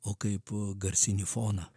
o kaip garsinį foną